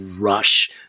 rush